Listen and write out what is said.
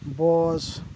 bus